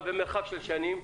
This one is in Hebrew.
במרחק השנים,